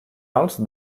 alts